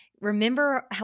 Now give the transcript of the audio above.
remember